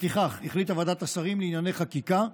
לפיכך החליטה ועדת השרים לענייני חקיקה,